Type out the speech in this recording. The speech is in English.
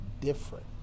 different